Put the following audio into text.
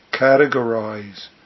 categorize